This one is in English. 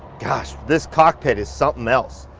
gosh, this cockpit is something else.